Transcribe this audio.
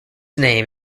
name